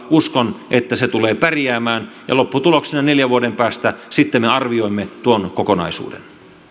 uskon että eduskunnan luottamuksella se tulee pärjäämään ja lopputuloksena neljän vuoden päästä me sitten arvioimme tuon kokonaisuuden